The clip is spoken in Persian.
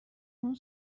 اون